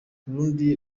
burundi